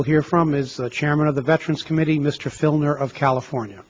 will hear from is the chairman of the veterans committee mr filner of california